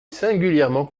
singulièrement